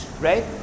right